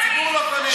הציבור לא קונה את זה.